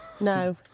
No